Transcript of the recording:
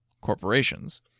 corporations